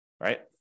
right